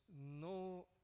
no